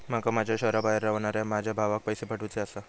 माका माझ्या शहराबाहेर रव्हनाऱ्या माझ्या भावाक पैसे पाठवुचे आसा